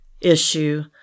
issue